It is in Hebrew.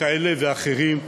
כאלה ואחרים.